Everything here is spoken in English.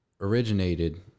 originated